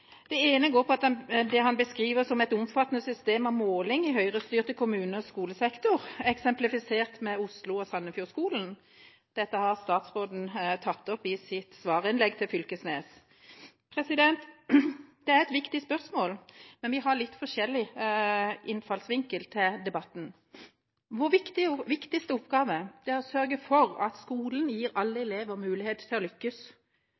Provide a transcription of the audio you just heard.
skolesektor, eksemplifisert med Osloskolen og Sandefjordskolen. Dette har statsråden tatt opp i sitt svarinnlegg til Knag Fylkesnes. Det er et viktig spørsmål, men vi har litt forskjellig innfallsvinkel til debatten. Vår viktigste oppgave er å sørge for at skolen gir alle elever mulighet til å lykkes.